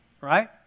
Right